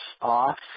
off